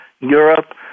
Europe